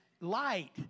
light